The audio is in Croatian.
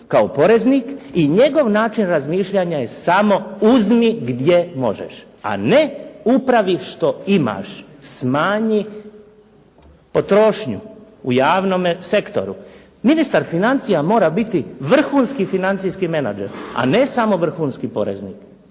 kao poreznik i njegov način razmišljanja je samo uzmi gdje možeš, a ne upravi što imaš, smanji potrošnju u javnome sektoru. Ministar financija mora biti vrhunski financijski menadžer a ne samo vrhunski poreznik,